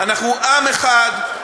אנחנו עם אחד,